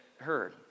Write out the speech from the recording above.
heard